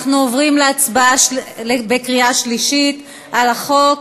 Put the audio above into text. אנחנו עוברים להצבעה בקריאה שלישית על החוק.